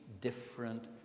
different